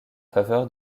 faveur